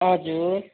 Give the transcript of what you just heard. हजुर